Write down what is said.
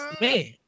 man